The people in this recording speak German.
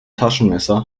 taschenmesser